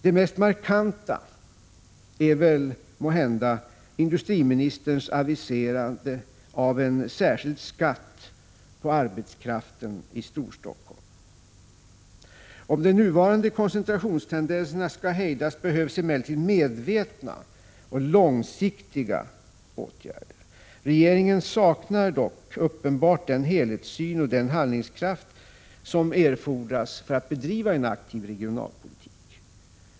Det mest markanta är måhända industriministerns avisering av en särskild skatt på arbetskraften i Storstockholm. Om de nuvarande koncentrationstendenserna skall hejdas behövs emellertid medvetna och långsiktiga åtgärder. Regeringen saknar dock uppenbart en helhetssyn och den handlingskraft som erfordras när det gäller att bedriva en aktiv regionalpolitik.